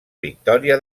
victòria